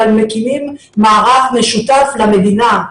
אבל מקימים מערך משותף למדינה.